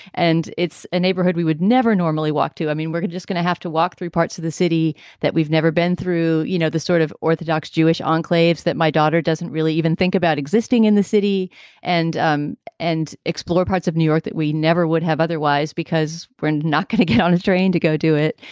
and it's a neighborhood we would never normally walk to. i mean, we're just gonna have to walk through parts of the city that we've never been through. you know, the sort of orthodox jewish enclaves that my daughter doesn't really even think about existing in the city and um and and explore parts of new york that we never would have otherwise because we're not going to get on a train to go do it.